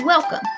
Welcome